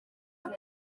kuba